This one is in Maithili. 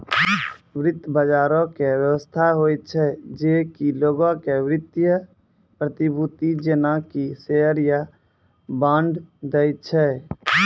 वित्त बजारो के व्यवस्था होय छै जे कि लोगो के वित्तीय प्रतिभूति जेना कि शेयर या बांड दै छै